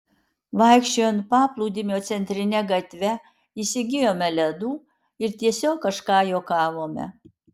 vaikščiojant paplūdimio centrine gatve įsigijome ledų ir tiesiog kažką juokavome